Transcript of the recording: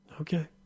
Okay